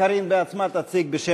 קארין בעצמה תציג את החוק,